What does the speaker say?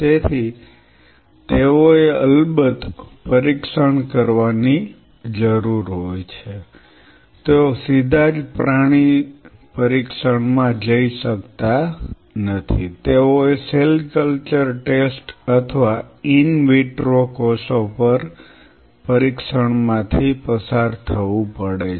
તેથી તેઓએ અલબત્ત પરીક્ષણ કરવાની જરૂર હોય છે તેઓ સીધા જ પ્રાણી પરીક્ષણમાં જઈ શકતા નથી તેઓએ સેલ કલ્ચર ટેસ્ટ અથવા ઈન વિટ્રો કોષો પર પરીક્ષણમાંથી પસાર થવું પડે છે